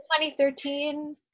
2013